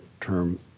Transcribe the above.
term